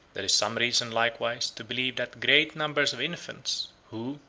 there is some reason likewise to believe that great numbers of infants, who,